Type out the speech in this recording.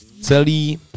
celý